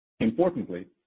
Importantly